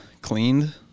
cleaned